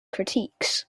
critiques